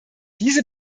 diese